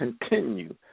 continue